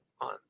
on